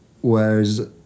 Whereas